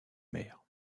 mère